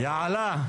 יעלה.